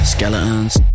Skeletons